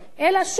אלא שוב,